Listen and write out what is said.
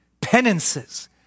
penances